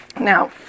Now